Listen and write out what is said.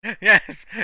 Yes